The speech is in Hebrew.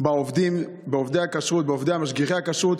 בעובדים, בעובדי הכשרות, במשגיחי הכשרות,